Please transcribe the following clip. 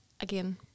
again